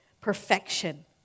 perfection